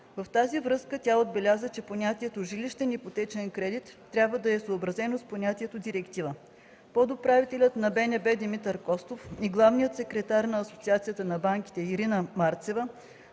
В тази връзка тя отбеляза, че понятието жилищен ипотечен кредит трябва да е съобразено с понятието по директивата. Подуправителят на БНБ Димитър Костов и главният секретар на Асоциацията на банките в България